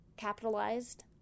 capitalized